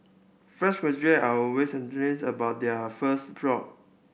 fresh graduate are always about their first job